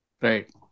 Right